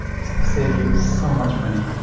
this will save you so much money.